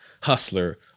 hustler